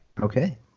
Okay